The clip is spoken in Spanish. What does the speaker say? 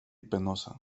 penosa